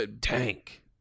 tank